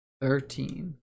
Thirteen